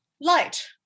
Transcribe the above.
light